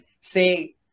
say